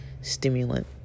stimulant